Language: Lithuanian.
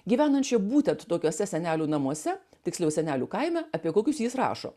gyvenančią būtent tokiuose senelių namuose tiksliau senelių kaime apie kokius jis rašo